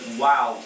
wow